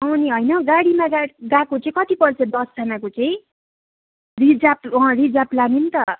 अनि होइन गाडीमा गएको गएको चाहिँ कति पर्छ दसजनाको चाहिँ रिजर्भ अँ रिजर्भ लाने नि त